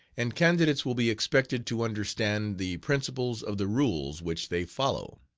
and candidates will be expected to understand the principles of the rules which they follow.